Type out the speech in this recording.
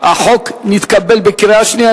החוק נתקבל בקריאה שנייה.